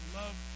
love